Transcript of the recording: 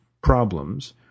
problems